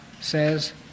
says